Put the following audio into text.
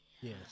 Yes